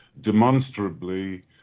demonstrably